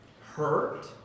hurt